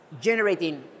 generating